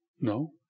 No